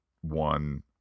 one